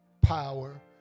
power